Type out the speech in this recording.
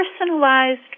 personalized